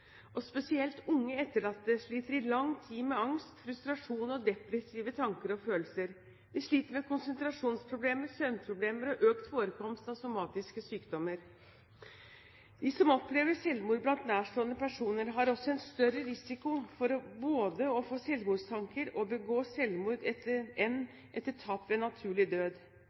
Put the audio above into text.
Spesielt unge etterlatte sliter i lang tid med angst, frustrasjon og depressive tanker og følelser. De sliter med konsentrasjonsproblemer, søvnproblemer og økt forekomst av somatiske sykdommer. De som opplever selvmord blant nærstående personer, har også en større risiko for både å få selvmordstanker og å begå selvmord enn etter tap ved naturlig død.